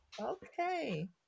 okay